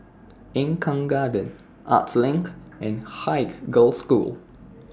Eng Kong Garden Arts LINK and Haig Girls' School